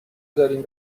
داریم